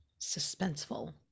Suspenseful